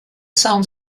sounds